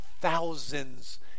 thousands